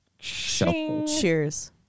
Cheers